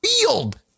field